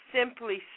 simply